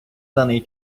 даний